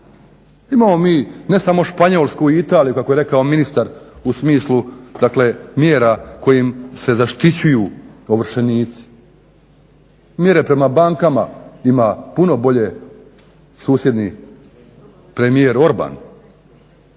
Imamo mi ne samo Španjolsku i Italiju kako je rekao ministar u smislu, dakle mjera kojim se zaštićuju ovršenici. Mjere prema bankama ima puno bolje susjedni premijer Orban